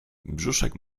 brzuszek